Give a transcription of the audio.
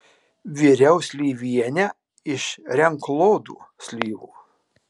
viriau slyvienę iš renklodų slyvų